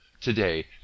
Today